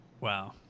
Wow